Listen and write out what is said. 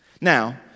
Now